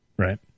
Right